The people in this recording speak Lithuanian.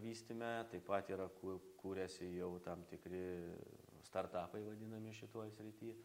vystyme taip pat yra ku kuriasi jau tam tikri startapai vadinami šitoj srity